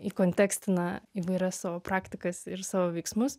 įkontekstina įvairias savo praktikas ir savo veiksmus